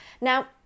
Now